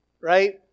right